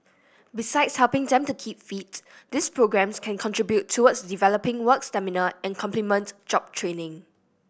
besides helping them to keep fit these programmes can contribute towards developing work stamina and complement job training